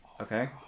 Okay